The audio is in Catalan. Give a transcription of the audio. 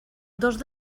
dos